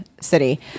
city